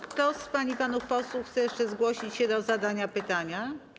Kto z pań i panów posłów chce jeszcze zgłosić się do zadania pytania?